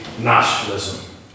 nationalism